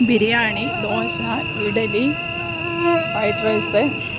biryani dosa idli fried rice